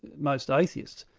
most atheists,